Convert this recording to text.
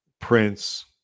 Prince